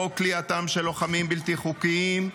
חוק כליאתם של לוחמים בלתי חוקיים,